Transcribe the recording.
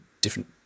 different